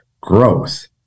growth